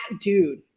Dude